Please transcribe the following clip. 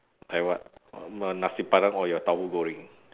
like what nasi padang or your tauhu goreng